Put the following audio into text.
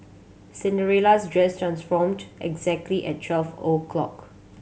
Cinderella's dress transformed exactly at twelve o'clock